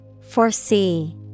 Foresee